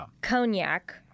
cognac